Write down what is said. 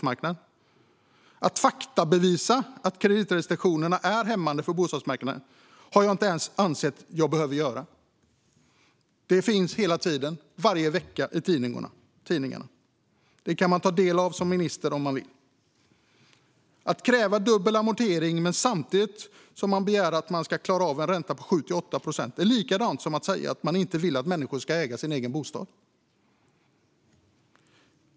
Jag har inte ens ansett att jag med fakta behöver bevisa att kreditrestriktionerna är hämmande för bostadsmarknaden. Det finns hela tiden - varje vecka - i tidningarna. Det kan man som minister ta del av om man vill. Att kräva dubbel amortering samtidigt som man begär att människor ska klara av en ränta på 7-8 procent är likadant som att säga att man inte vill att människor ska äga sin egen bostad.